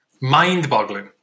Mind-boggling